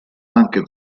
anche